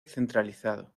centralizado